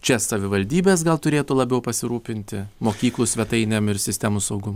čia savivaldybės gal turėtų labiau pasirūpinti mokyklų svetainėm ir sistemų saugumu